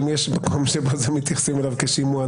אם יש מקום שמתייחסים אל זה כאל שימוע,